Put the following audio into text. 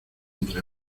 entre